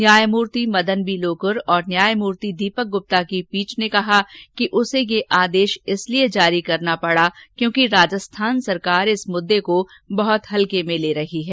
न्यायमूर्ति मदन बी लोकुर और न्यायमूर्ति दीपक गुप्ता की पीठ ने कहा कि उसे यह आदेश इसलिए जारी करना पड़ा क्योंकि राजस्थान सरकार इस मुद्दे को बहत हल्के में ले रही है